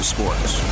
Sports